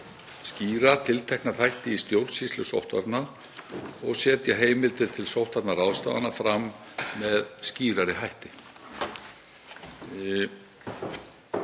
skýra tiltekna þætti í stjórnsýslu sóttvarna og setja heimildir til sóttvarnaráðstafana fram með skýrari hætti.